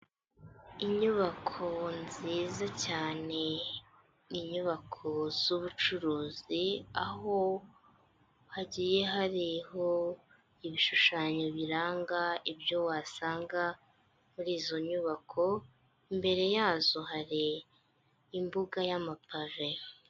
Inyubako nziza cyane inyubako z'ubucuruzi, aho hagiye hariho ibishushanyo biranga ibyo wasanga muri izo nyubako, imbere yazo hari imbuga y'amapave.